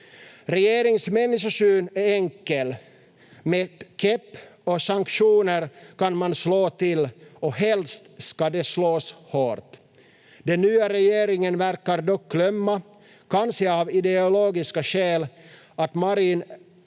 Regeringens människosyn är enkel. Med käpp och sanktioner kan man slå till, och helst ska det slås hårt. Den nya regeringen verkar dock glömma, kanske av ideologiska skäl,